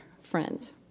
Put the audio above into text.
friends